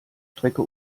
strecke